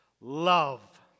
Love